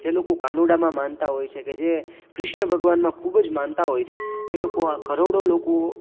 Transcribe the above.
જે લોકો કાનુડામાં માનતા હોય છે કે જે કૃષ્ણ ભગવાનમાં ખૂબ જ માનતા હોય છે એ લોકો આ કરોડો લોકો